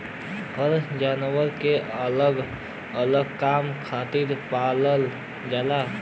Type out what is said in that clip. हर जानवर के अलग अलग काम खातिर पालल जाला